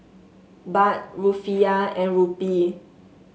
Baht Rufiyaa and Rupee